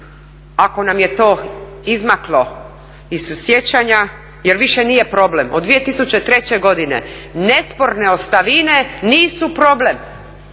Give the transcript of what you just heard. ako nam je to izmaklo iz sjećanja jer više nije problem od 2003. godine nesporne ostavine nisu problem.